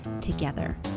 together